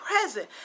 present